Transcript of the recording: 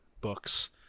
books